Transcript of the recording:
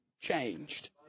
changed